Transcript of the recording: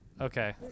Okay